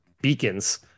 beacons